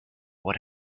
what